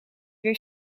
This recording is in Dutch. weer